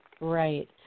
Right